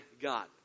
God